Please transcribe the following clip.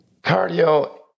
Cardio